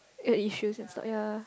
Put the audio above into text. uh issues and stuff ya